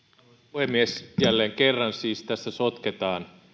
puhemies jälleen kerran siis tässä sotketaan